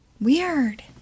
weird